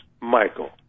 Michael